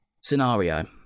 scenario